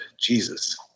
jesus